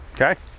Okay